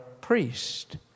priest